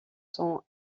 sont